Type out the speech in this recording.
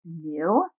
new